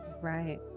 Right